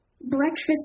Breakfast